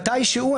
מתי שהוא,